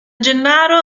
gennaro